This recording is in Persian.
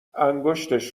انگشتش